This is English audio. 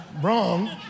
wrong